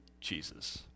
Jesus